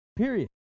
Period